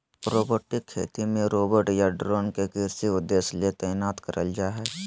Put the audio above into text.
robotic खेती मे robot या ड्रोन के कृषि उद्देश्य ले तैनात करल जा हई